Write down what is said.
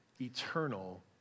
eternal